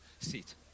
seat